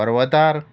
पर्वतार